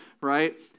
right